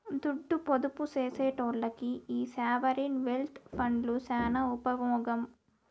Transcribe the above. దుడ్డు పొదుపు సేసెటోల్లకి ఈ సావరీన్ వెల్త్ ఫండ్లు సాన ఉపమోగం